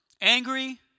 Angry